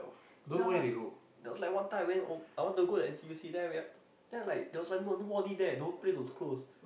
ya that was like one time I went I want to go the N_T_U_C then I wake up like no one really there the whole place was closed